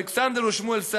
אלכסנדר ושמואל,